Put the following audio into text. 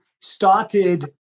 started